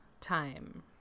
Time